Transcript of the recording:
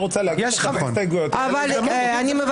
רוצה להגיש עוד הסתייגויות היא הייתה אומרת.